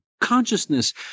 consciousness